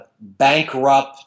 Bankrupt